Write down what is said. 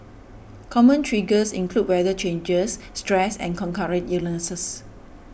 common triggers include weather changes stress and concurrent illnesses